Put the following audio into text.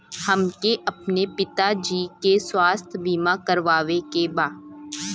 हमके अपने पिता जी के स्वास्थ्य बीमा करवावे के बा?